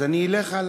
אז אני אלך עליו.